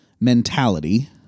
mentality